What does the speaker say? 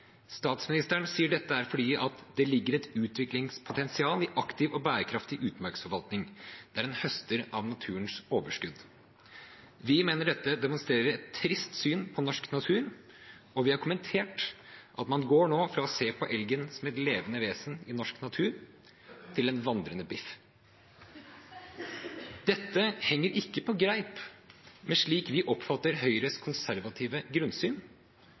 Statsministeren sier at det er fordi det ligger et utviklingspotensial i aktiv og bærekraftig utmarksforvaltning der en høster av naturens overskudd. Vi mener dette demonstrerer et trist syn på norsk natur, og vi har kommentert det slik at man nå går fra å se på elgen som et levende vesen i norsk natur til en vandrende biff. Dette henger ikke på greip, slik vi oppfatter Høyres konservative grunnsyn,